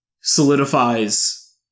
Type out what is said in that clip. solidifies